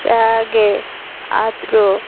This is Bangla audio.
শাগে আদ্র